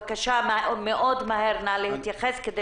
המענה שלכם?